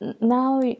Now